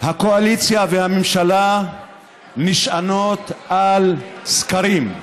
הקואליציה והממשלה נשענות על סקרים.